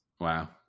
Wow